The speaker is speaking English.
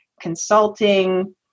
consulting